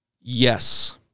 Yes